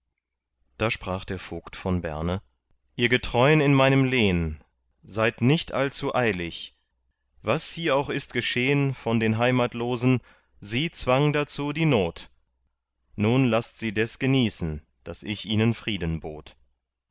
da sprach der vogt von berne ihr getreun in meinem lehn seid nicht allzu eilig was hier auch ist geschehn von den heimatlosen sie zwang dazu die not nun laßt sie des genießen daß ich ihnen frieden bot